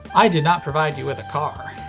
i did not provide you with a car!